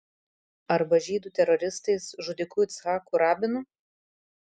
arba žydų teroristais žudiku yitzhaku rabinu